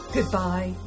Goodbye